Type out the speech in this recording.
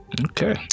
Okay